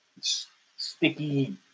sticky